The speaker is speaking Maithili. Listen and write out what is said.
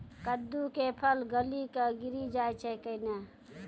कददु के फल गली कऽ गिरी जाय छै कैने?